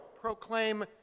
proclaim